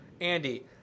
Andy